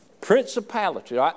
Principality